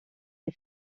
les